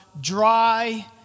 dry